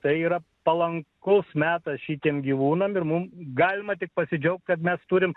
tai yra palankus metas šitiem gyvūnam ir mums galima tik pasidžiaugti kad mes turime